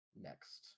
next